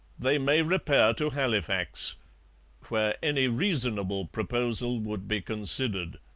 they may repair to halifax where any reasonable proposal would be considered.